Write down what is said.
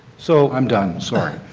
so i am done. sorry.